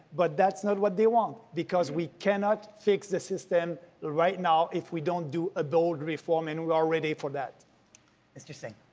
but that is not what they want. because we cannot fix the system right now if we don't do a bold reform and we are ready for that. susan mr. singh.